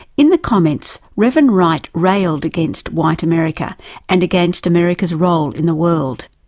in the comments reverend wright railed against white america and against america's role in the world.